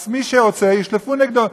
אז מי שעושה, ישלפו נגדו.